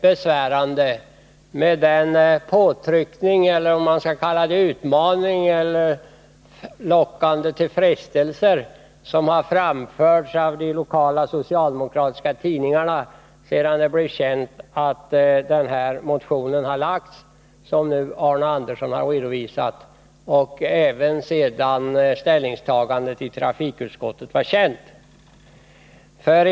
Den påtryckning — eller om man skall kalla det för utmaning eller frestelse — som har framförts i de lokala socialdemokratiska tidningarna sedan det blev känt att den motion väckts som Arne Andersson har redogjort för, men även sedan trafikutskottets ställningstagande offentliggjorts, har jag upplevt som mycket besvärande.